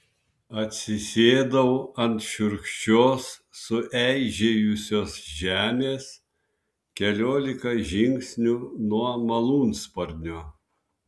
atsisėdau ant šiurkščios sueižėjusios žemės keliolika žingsnių nuo malūnsparnio